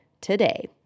today